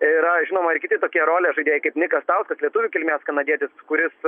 yra žinoma ir kiti tokie rolės žaidėjai kaip nikas tauskas lietuvių kilmės kanadietis kuris